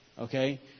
Okay